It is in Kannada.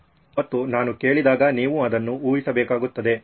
ಮತ್ತು ನಾನು ಕೇಳಿದಾಗ ನೀವು ಅದನ್ನು ಊಹಿಸಬೇಕಾಗುತ್ತದೆ